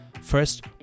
First